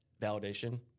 validation